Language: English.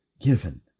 given